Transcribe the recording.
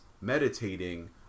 meditating